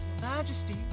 Majesty